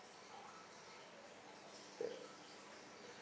okay